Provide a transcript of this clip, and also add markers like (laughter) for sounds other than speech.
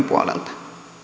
(unintelligible) puolelta